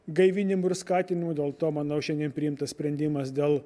gaivinimu ir skatinimu dėl to manau šiandien priimtas sprendimas dėl